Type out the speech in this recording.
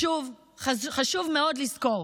שוב, חשוב מאוד לזכור,